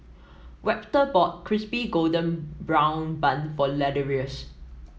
Webster bought Crispy Golden Brown Bun for Ladarius